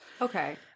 Okay